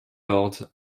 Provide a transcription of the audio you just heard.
lords